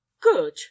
good